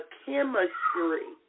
chemistry